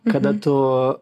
kada tu